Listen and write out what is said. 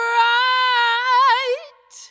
right